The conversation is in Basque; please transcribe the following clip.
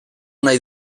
nahi